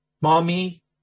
mommy